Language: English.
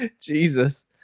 Jesus